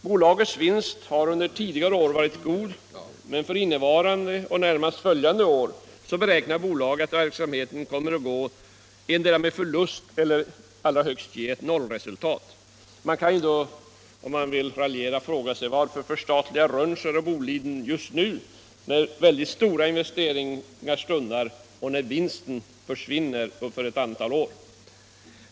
Bolagets vinst har under tidigare år varit god, men för innevarande och närmast följande år beräknar bolaget att verksamheten endera kommer att gå med förlust eller allra högst ge nollresultat. Man kan då, om man vill raljera, fråga: Varför förstatliga Rönnskär och Boliden just nu när stora investeringar stundar och vinsterna försvinner under ett antal år?